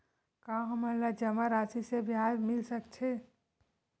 का हमन ला जमा राशि से ब्याज मिल सकथे?